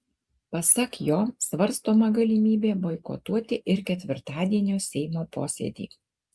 pasak jo svarstoma galimybė boikotuoti ir ketvirtadienio seimo posėdį